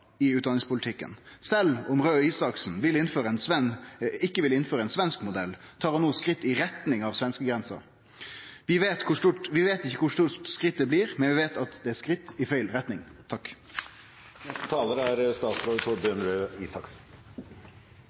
i utdanningspolitikken. Sjølv om Røe Isaksen ikkje vil innføre ein svensk modell, tar han no skritt i retning av svenskegrensa. Vi veit ikkje kor stort skritt det blir, men vi veit at det er skritt i feil retning.